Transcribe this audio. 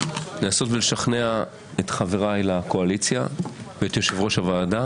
לנסות לשכנע את חבריי לקואליציה ואת יושב-ראש הוועדה